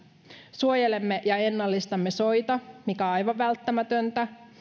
suojelemme ja ennallistamme soita mikä on aivan välttämätöntä